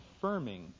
confirming